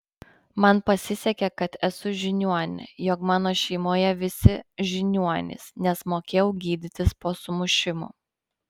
man pasisekė kad esu žiniuonė jog mano šeimoje visi žiniuonys nes mokėjau gydytis po sumušimų